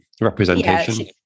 Representation